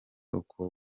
uko